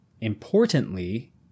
importantly